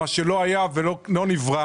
מה שלא היה ולא נברא.